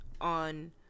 on